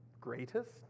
greatest